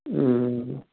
ꯎꯝ